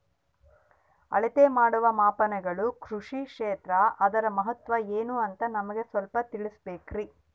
ಅಳತೆ ಮಾಡುವ ಮಾಪನಗಳು ಕೃಷಿ ಕ್ಷೇತ್ರ ಅದರ ಮಹತ್ವ ಏನು ಅಂತ ನಮಗೆ ಸ್ವಲ್ಪ ತಿಳಿಸಬೇಕ್ರಿ?